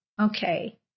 okay